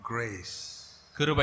Grace